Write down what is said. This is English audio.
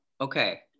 okay